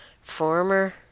Former